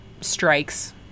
strikes